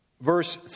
Verse